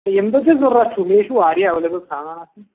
ییٚمہِ دۄہ تُہۍ ضروٗرت چھُو مےٚ چھُ وارِیاہ ایٚویلیبُل سامان آسان